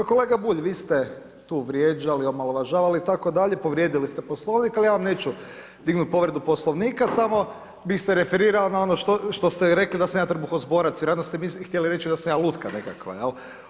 Kolega Bulj, vi ste tu vrijeđali omalovažavali, itd. povrijedili ste poslovnik, ali ja vam neću dignuti povredu poslovnika, samo bi se referirao na ono što ste i rekli, da sam ja trbuhozborac, vjerojatno ste htjeli reći da sam ja lutka nekakva, jel.